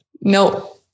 No